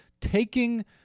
taking